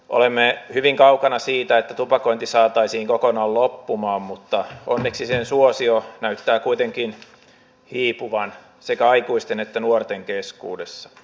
olemme hyvin kaukana siitä että tupakointi saataisiin kokonaan loppumaan mutta onneksi sen suosio näyttää kuitenkin hiipuvan sekä aikuisten että nuorten keskuudessa